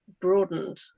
broadened